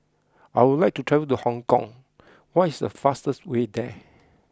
I would like to travel to Hong Kong what is the fastest way there